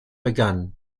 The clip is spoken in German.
begann